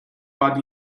war